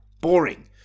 Boring